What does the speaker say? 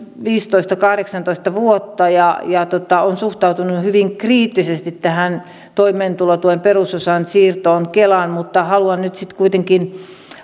viisitoista viiva kahdeksantoista vuotta ja ja olen suhtautunut hyvin kriittisesti tähän toimeentulotuen perusosan siirtoon kelaan mutta haluan nyt sitten kuitenkin